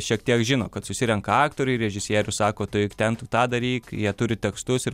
šiek tiek žino kad susirenka aktoriai režisierius sako tu eik ten tu tą daryk jie turi tekstus ir